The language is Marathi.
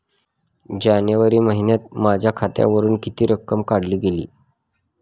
जानेवारी महिन्यात माझ्या खात्यावरुन किती रक्कम काढली गेली?